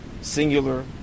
singular